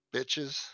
Bitches